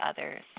others